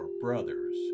brothers